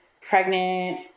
pregnant